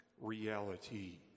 reality